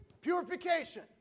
purification